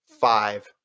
five